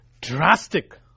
drastic